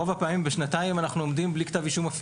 רוב הפעמים בשנתיים אנחנו עומדים בלי כתב אישום.